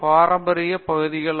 பேராசிரியர் பிரதாப் ஹரிதாஸ் சரி